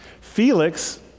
Felix